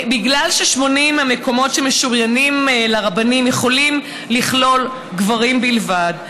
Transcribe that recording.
ובגלל ש-80 המקומות שמשוריינים לרבנים יכולים לכלול גברים בלבד,